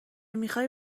میخوای